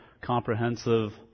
comprehensive